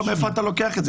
מאיפה אתה לוקח את זה?